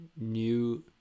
new